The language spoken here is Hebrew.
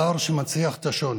פער שמנציח את השוני,